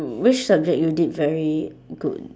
which subject you did very good